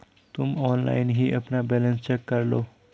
तुम ऑनलाइन ही अपना बैलन्स चेक करलो